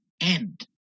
end